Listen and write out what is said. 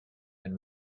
been